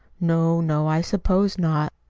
no, no, i suppose not.